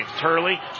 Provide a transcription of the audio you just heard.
Turley